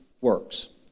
works